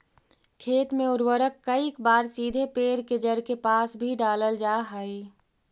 खेत में उर्वरक कईक बार सीधे पेड़ के जड़ के पास भी डालल जा हइ